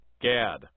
Gad